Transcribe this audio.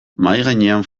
mahaigainean